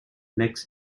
next